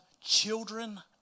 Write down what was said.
children